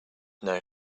know